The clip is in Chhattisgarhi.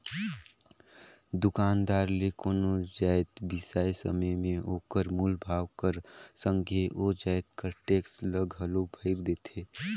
दुकानदार ले कोनो जाएत बिसाए समे में ओकर मूल भाव कर संघे ओ जाएत कर टेक्स ल घलो भइर देथे